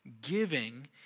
Giving